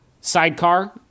sidecar